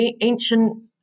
ancient